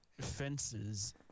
fences